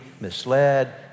misled